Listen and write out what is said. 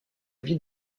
vie